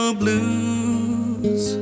blues